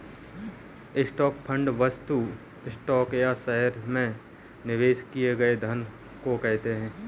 stock fund वस्तुतः stock या शहर में निवेश किए गए धन को कहते हैं